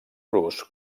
rus